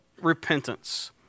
repentance